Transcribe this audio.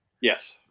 Yes